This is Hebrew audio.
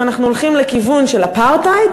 אם אנחנו הולכים לכיוון של אפרטהייד,